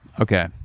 Okay